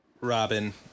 Robin